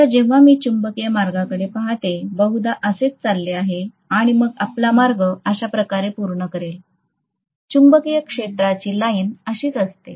आता जेव्हा मी चुंबकीय मार्गाकडे पाहतो बहुधा असेच चालले आहे आणि मग आपला मार्ग अशा प्रकारे पूर्ण करेल चुंबकीय क्षेत्राची लाइन अशीच असते